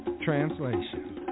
translation